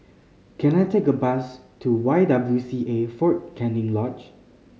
can I take a bus to Y W C A Fort Canning Lodge